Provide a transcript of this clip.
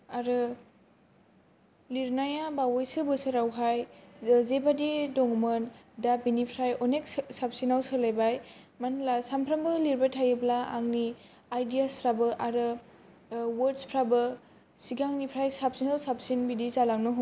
आरो लिरनाया बावैसे बोसोरावहाय जेबायदि दंमोन दा बेनिफ्राय अनेक साबसिनाव सोलायबाय मानो होनब्ला सानफ्रामबो लिरबाय थायोब्ला आंनि आइडियासफोराबो आरो वर्डस्फोराबो सिगांनिफ्राय साबसिनाव साबसिन बिदि जालांनो हमो